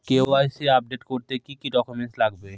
KYC update করতে কি কি ডকুমেন্টস লাগবে?